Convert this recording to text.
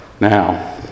Now